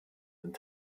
sind